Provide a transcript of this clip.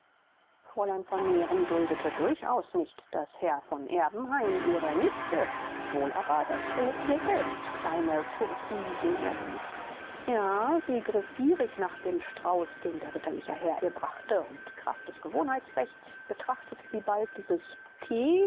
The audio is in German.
fräulein vermehren duldete durchaus nicht daß herr von erbenheim ihrer nichte wohl aber daß er ihr selbst kleine kourtoisien erwies ja sie griff gierig nach dem strauß den der ritterliche herr ihr brachte und kraft des gewohnheitsrechts betrachtete sie bald dieses